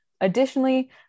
Additionally